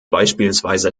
beispielsweise